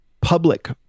public